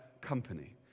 company